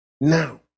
now